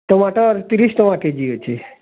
ଟମାଟର୍ ତିରିଶ୍ ଟଙ୍କା କେଜି ଅଛେ